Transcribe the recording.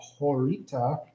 Horita